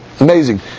Amazing